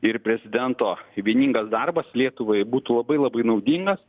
ir prezidento vieningas darbas lietuvai būtų labai labai naudingas